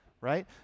Right